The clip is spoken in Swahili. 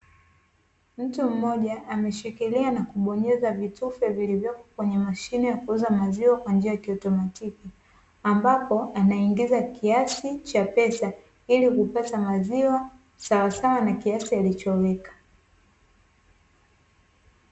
Mtu mmoja ameshikilia na kubonyeza vitufe vilivyopo kwenye mashine ya kuuza maziwa kwa njia ya kiautomatiki, ambapo anaingiza kiasi cha pesa ilikupata maziwa sawa sawa na kiasi alichoweka.